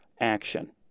action